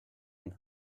and